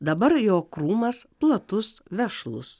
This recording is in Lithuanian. dabar jo krūmas platus vešlus